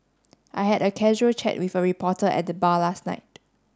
I had a casual chat with a reporter at the bar last night